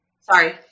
Sorry